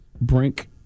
brink